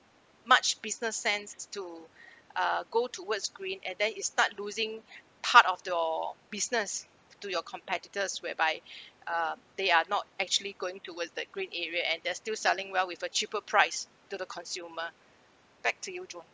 much business sense to uh go towards green and then it start losing part of your business to your competitors whereby uh they are not actually going towards that green area and they're still selling well with a cheaper price to the consumer back to you john